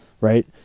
right